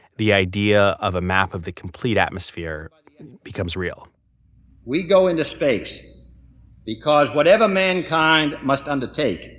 the idea of a map of the complete atmosphere becomes real we go into space because whatever mankind must undertake,